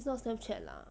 it's not Snapchat lah